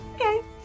Okay